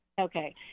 Okay